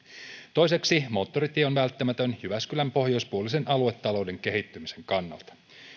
toiseksi moottoritie on välttämätön jyväskylän pohjoispuolisen aluetalouden kehittymisen kannalta